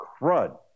crud